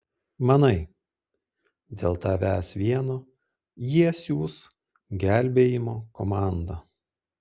manai dėl tavęs vieno jie siųs gelbėjimo komandą